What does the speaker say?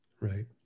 right